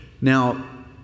Now